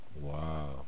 Wow